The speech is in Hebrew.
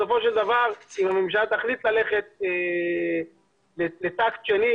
בסופו של דבר אם הממשלה תחליט ללכת לטקט שני,